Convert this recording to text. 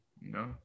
No